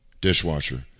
dishwasher